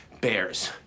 bears